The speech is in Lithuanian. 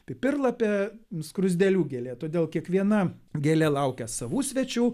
pipirlapė skruzdėlių gėlė todėl kiekviena gėlė laukia savų svečių